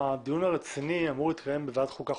הדיון הרציני אמור להתקיים בוועדת חוקה,